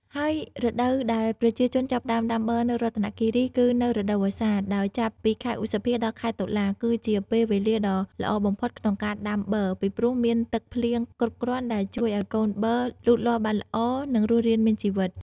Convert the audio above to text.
ហើយរដូវដែលប្រជាជនចាប់ផ្ដើមដាំបឺរនៅរតនគិរី គឺនៅរដូវវស្សា ដោយចាប់ពីខែឧសភា ដល់ខែតុលា គឺជាពេលវេលាដ៏ល្អបំផុតក្នុងការដាំបឺរ ពីព្រោះមានទឹកភ្លៀងគ្រប់គ្រាន់ដែលជួយឱ្យកូនបឺរលូតលាស់បានល្អ និងរស់រានមានជីវិត។